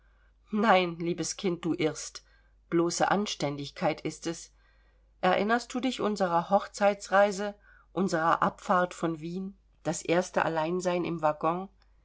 nein liebes kind du irrst bloße anständigkeit ist es erinnerst du dich unserer hochzeitsreise unserer abfahrt von wien das erste alleinsein im waggon